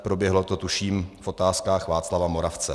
Proběhlo to, tuším, v Otázkách Václava Moravce.